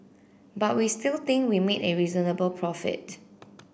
but we still think we made a reasonable profit